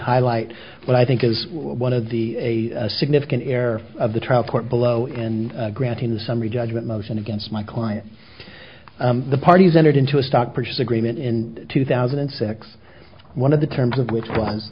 highlight what i think is one of the a significant air of the trial court below and granted a summary judgment motion against my client the parties entered into a stock purchase agreement in two thousand and six one of the terms of which was